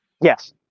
Yes